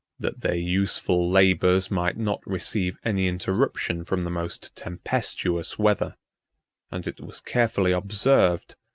that their useful labors might not receive any interruption from the most tempestuous weather and it was carefully observed,